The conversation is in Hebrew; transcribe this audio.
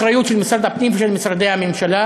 אחריות של משרד הפנים ושל משרדי הממשלה.